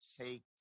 take